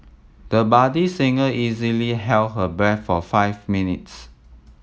the budding singer easily held her breath for five minutes